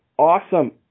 Awesome